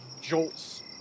jolts